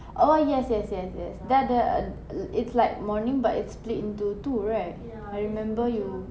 oh yes yes yes yes dia ada e~ it's like morning but it's split into two right I remember you